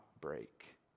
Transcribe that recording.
break